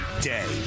day